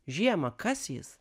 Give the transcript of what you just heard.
žiemą kas jis